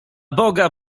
boga